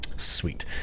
sweet